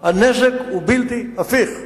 הנזק הוא בלתי הפיך,